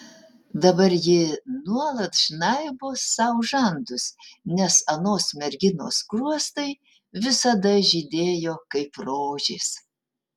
dabar ji nuolat žnaibo sau žandus nes anos merginos skruostai visada žydėjo kaip rožės